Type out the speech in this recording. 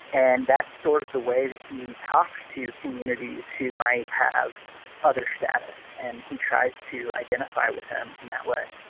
and that's sort of the way that he talks to communities who might have other status and he tries to identify with him in that way